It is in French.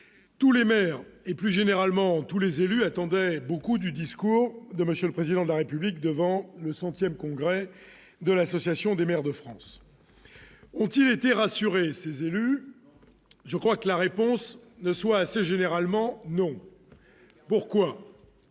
tous les maires et plus généralement tous les élus attendaient beaucoup du discours de Monsieur, le président de la République devant le 100ème congrès de l'Association des maires de France, ont-ils été rassuré ses élus, je crois que la réponse ne soit assez généralement non pourquoi,